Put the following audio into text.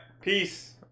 Peace